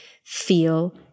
feel